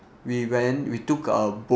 we went we took a boat